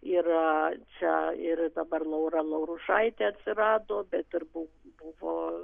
yra čia ir dabar laura laurušaitė atsirado bet ir bu buvo